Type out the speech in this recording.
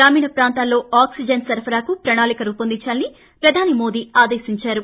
గ్రామీణ ప్రాంతాల్లో ఆక్సిజన్ సరఫరాకు ప్రణాళిక రూపొందించాలని ప్రధాని మోదీ ఆదేశించారు